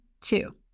two